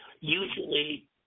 Usually